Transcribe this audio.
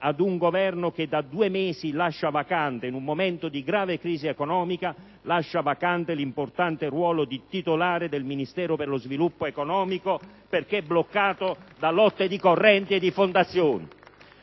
ad un Governo che da due mesi lascia vacante, in un momento di grave crisi economica, l'importante ruolo di titolare del Ministero per lo sviluppo economico perché bloccato da lotte di correnti e di fondazioni.